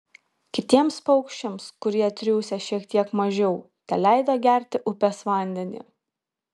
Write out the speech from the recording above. kitiems paukščiams kurie triūsę šiek tiek mažiau teleido gerti upės vandenį